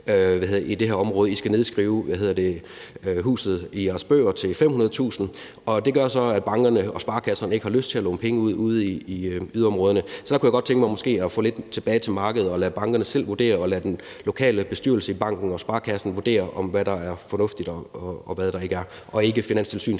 i det her område, så I skal nedskrive huset i jeres bøger til 500.000 kr. Og det gør så, at bankerne og sparekasserne ikke har lyst til at låne penge ud ude i yderområderne. Så der kunne jeg måske godt tænke mig at få det lidt tilbage til markedet og lade bankerne selv vurdere det, altså lade den lokale bestyrelse i banken eller sparekassen vurdere, hvad der er fornuftigt, og hvad der ikke er, og ikke Finanstilsynet